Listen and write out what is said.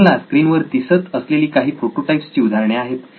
तुम्हाला स्क्रीनवर दिसत असलेली काही प्रोटोटाईप्स ची उदाहरणे आहेत